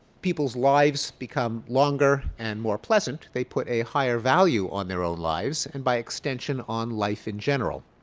people's lives become longer and more pleasant, they put a higher value on their own lives and, by extension, on life in general.